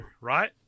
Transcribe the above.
Right